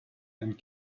and